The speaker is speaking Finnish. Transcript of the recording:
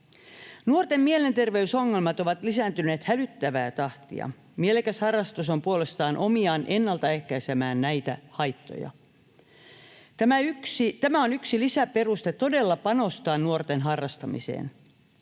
Nuorten mielenterveysongelmat ovat lisääntyneet hälyttävää tahtia. Mielekäs harrastus on puolestaan omiaan ennalta ehkäisemään näitä haittoja. Tämä on yksi lisäperuste todella panostaa nuorten harrastamiseen.